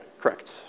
Correct